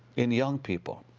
in young people,